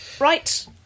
Right